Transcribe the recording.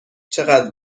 چقدر